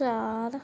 ਚਾਰ